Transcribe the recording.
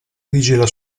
vigila